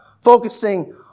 focusing